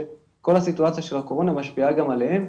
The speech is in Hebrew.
שכל הסיטואציה של הקורונה משפיעה גם עליהם.